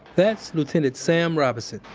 that's lieutenant sam robinson,